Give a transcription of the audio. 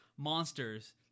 Monsters